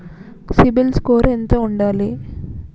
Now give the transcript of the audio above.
CIBIL score ఎంత ఉండాలే?